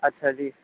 ਅੱਛਾ ਜੀ